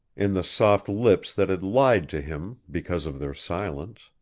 in the soft lips that had lied to him because of their silence.